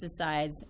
pesticides